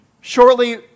shortly